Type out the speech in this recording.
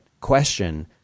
question